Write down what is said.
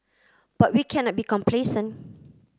but we cannot be complacent